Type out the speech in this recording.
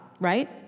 right